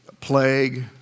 plague